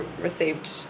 received